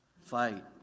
fight